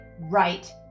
right